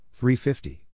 350